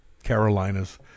carolinas